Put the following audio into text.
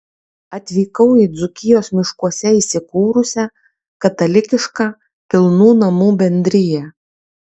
atvykau į dzūkijos miškuose įsikūrusią katalikišką pilnų namų bendriją